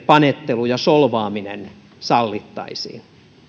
panettelu ja solvaaminen sallittaisiin